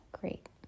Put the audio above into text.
great